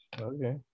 Okay